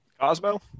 Cosmo